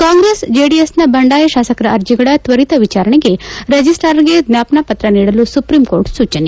ಕಾಂಗ್ರೆಸ್ ಜೆಡಿಎಸ್ನ ಬಂಡಾಯ ಶಾಸಕರ ಅರ್ಜಿಗಳ ತ್ವರಿತ ವಿಚಾರಣೆಗೆ ರಿಜಿಸ್ನಾರ್ಗೆ ಜ್ವಾಪನಾ ಪತ್ರ ನೀಡಲು ಸುಪ್ರೀಂ ಕೋರ್ಟ್ ಸೂಜನೆ